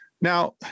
Now